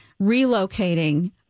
relocating